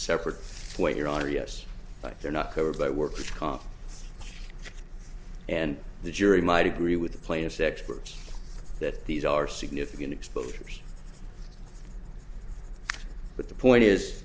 separate point your honor yes but they're not covered by worker's comp and the jury might agree with the plaintiffs experts that these are significant exposures but the point is